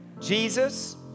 Jesus